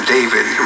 David